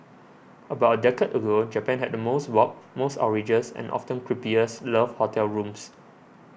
about a decade ago Japan had the most warped most outrageous and often creepiest love hotel rooms